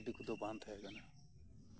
tram ᱜᱟᱹᱰᱤ ᱠᱚᱫᱚ ᱵᱟᱝ ᱛᱟᱸᱦᱮ ᱠᱟᱱᱟ